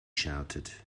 shouted